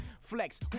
Flex